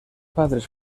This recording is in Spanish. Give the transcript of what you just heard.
padres